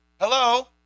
hello